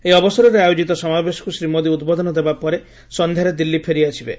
ଏହି ଅବସରରେ ଆୟୋକିତ ସମାବେଶକୁ ଶ୍ରୀ ମୋଦି ଉଦ୍ବୋଧନ ଦେବା ପରେ ସନ୍ଧ୍ୟାରେ ଦିଲ୍ଲୀ ଫେରିଆସିବେ